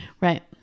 Right